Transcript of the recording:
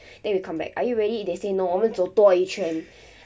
then we come back are you ready if they say no 我们走多一圈